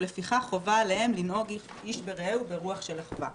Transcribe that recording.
ולפיכך חובה עליהם לנהוג איש ברעהו ברוח של אחווה."